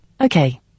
Okay